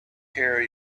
here